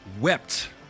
wept